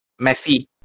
Messi